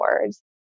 words